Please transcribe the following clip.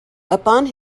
upon